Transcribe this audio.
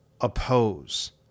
oppose